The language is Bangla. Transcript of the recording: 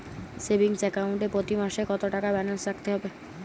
সেভিংস অ্যাকাউন্ট এ প্রতি মাসে কতো টাকা ব্যালান্স রাখতে হবে?